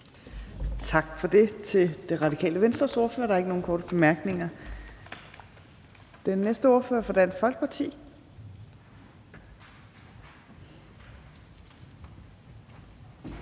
Tak for det til Radikale Venstres ordfører. Der er ikke nogen korte bemærkninger. Den næste ordfører er fra Dansk Folkeparti.